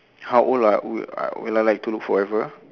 how old ah would uh will I like to look forever